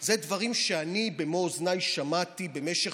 אלה דברים שאני במו אוזניי שמעתי במשך